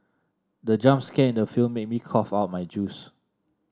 the jump scare in the film made me cough out my juice